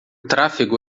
tráfego